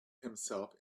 himself